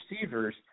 receivers